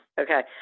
okay